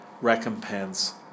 recompense